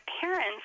parents